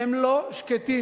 הם לא שקטים,